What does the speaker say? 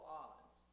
odds